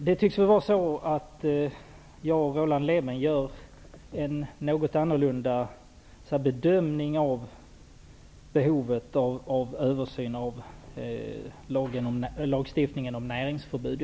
Herr talman! Jag och Roland Lében tycks göra något olika bedömningar av behovet av översyn av lagstiftningen om näringsförbud.